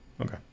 Okay